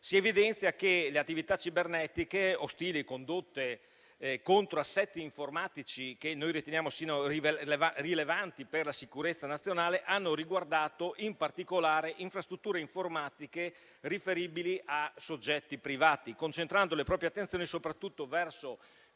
Si evidenzia che le attività cibernetiche ostili, condotte contro assetti informatici che noi riteniamo siano rilevanti per la sicurezza nazionale, hanno riguardato in particolare infrastrutture informatiche riferibili a soggetti privati, concentrando le proprie attenzioni soprattutto verso